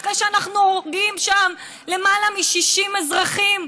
אחרי שאנחנו הורגים שם למעלה מ-60 אזרחים,